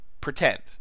pretend